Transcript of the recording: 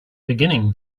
beginning